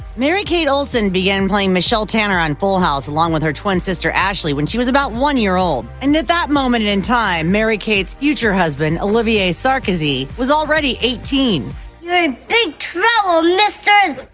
mary-kate olsen began playing michelle tanner on full house along with her twin sister, ashley when she was about one year old. and at that moment and in time, mary-kate's future husband, olivier sarkozy, was already eighteen. you're in big trouble misters!